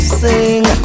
sing